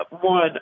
one